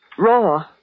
Raw